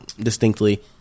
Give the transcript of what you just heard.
distinctly